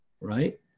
right